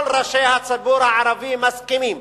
כל ראשי הציבור הערבי מסכימים